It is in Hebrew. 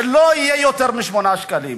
שלא יהיה יותר מ-8 שקלים.